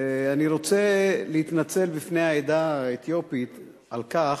אני רוצה להתנצל בפני העדה האתיופית על כך,